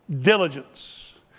diligence